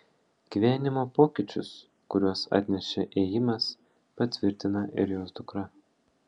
gyvenimo pokyčius kuriuos atnešė ėjimas patvirtina ir jos dukra